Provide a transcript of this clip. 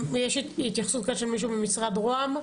יש התייחסות של מישהו ממשרד ראש הממשלה?